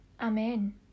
Amen